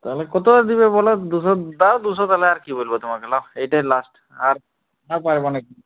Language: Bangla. তাহলে কত দিবে বলো দুশো দাও দুশো তাহলে আর কি বলব তোমাকে নাও এইটাই লাস্ট আর আর পারবো না